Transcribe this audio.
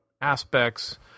aspects